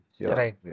Right